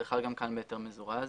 זה חל גם כאן בהיתר מזורז.